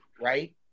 right